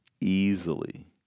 easily